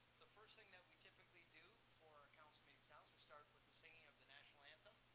the first thing that we typically do for our council meeting starts, we start with the singing of the national anthem.